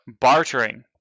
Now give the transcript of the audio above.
bartering